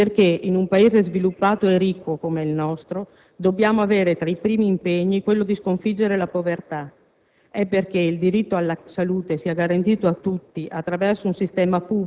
È perché nessuno più debba morire in fabbrica, nessuno più debba non avere una casa, non avere diritto all'infanzia e ad essere considerato un cittadino in sé, anche a soli 2 mesi